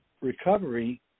recovery